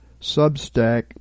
Substack